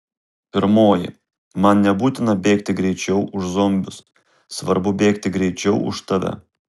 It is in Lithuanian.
pirmoji man nebūtina bėgti greičiau už zombius svarbu bėgti greičiau už tave